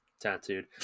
tattooed